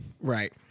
right